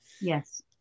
Yes